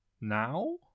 now